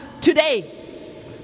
today